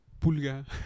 Pulga